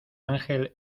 ángel